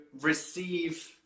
receive